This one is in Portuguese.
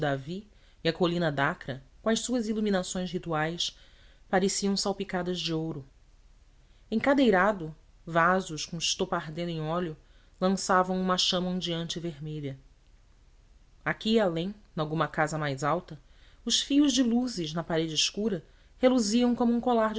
davi e a colina de acra com as suas iluminações rituais pareciam salpicadas de ouro em cada eirado vasos com estopa ardendo em óleo lançavam uma chama ondeante e vermelha aqui e além nalguma casa mais alta os fios de luzes na parede escura reluziam como um colar